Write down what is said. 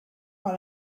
par